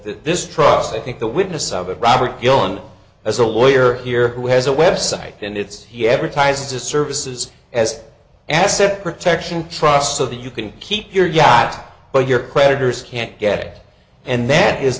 this trust i think the witness of it robert dylan as a lawyer here who has a website and it's he ever ties to services as an asset protection trust so that you can keep your yacht or your creditors can't get and that is